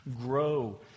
grow